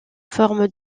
forme